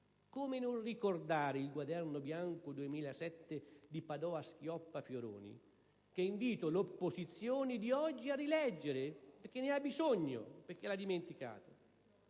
Come non ricordare il Quaderno bianco 2007 dei ministri Padoa-Schioppa e Fioroni che invito l'opposizione di oggi a rileggere perché ne ha bisogno, perché l'ha dimenticato.